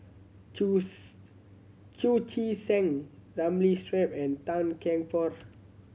chu Chu Chee Seng Ramli Sarip and Tan Kian Por